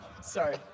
Sorry